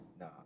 Nah